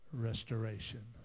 restoration